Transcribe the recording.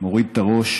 הצד הימני.